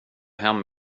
hem